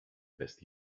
best